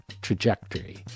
trajectory